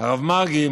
הרב מרגי,